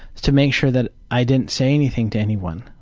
to make sure that i didn't say anything to anyone,